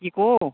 কি ক'